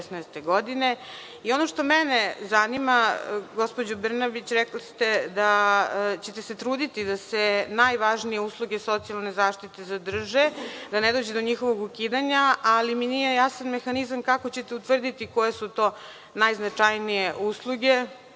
godine. Ono što mene zanima gospođo Brnabić, rekli ste da ćete se truditi da se najvažnije usluge socijalne zaštite zadrže, da ne dođe do njihovog ukidanja, ali mi nije jasan mehanizam kako ćete utvrditi koje su to najznačajnije usluge,